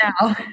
now